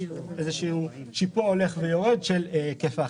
יש איזשהו שיפוע הולך ויורד של היקף ההכנסה.